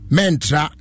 Mentra